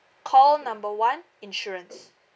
call number one insurance